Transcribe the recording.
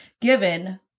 given